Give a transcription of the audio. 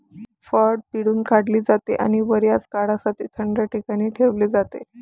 फळ पिळून काढले जाते आणि बर्याच काळासाठी थंड ठिकाणी ठेवले जाते